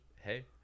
hey